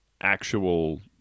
actual